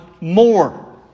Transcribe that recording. more